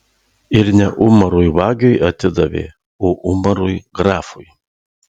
ir ne umarui vagiui atidavė o umarui grafui